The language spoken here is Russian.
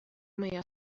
моя